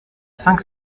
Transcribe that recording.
cinq